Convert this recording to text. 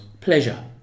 pleasure